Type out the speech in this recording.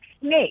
snake